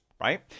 right